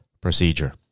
procedure